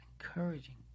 encouraging